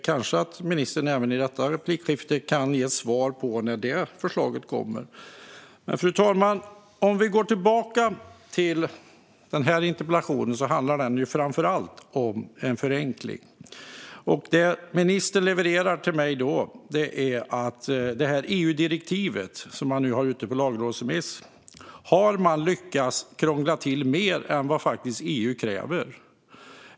Kanske kan ministern i nästa inlägg ge svar på när ett förslag om detta kommer. Fru talman! Den här interpellationen handlar framför allt om en förenkling. Det ministern levererar till mig är att det EU-direktiv som nu är ute på lagrådsremiss har man lyckats krångla till mer än vad EU kräver.